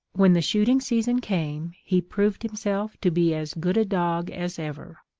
when the shooting season came, he proved himself to be as good a dog as ever.